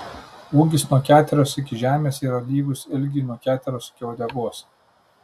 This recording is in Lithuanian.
ūgis nuo keteros iki žemės yra lygus ilgiui nuo keteros iki uodegos